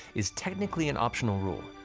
is technically an optional rule.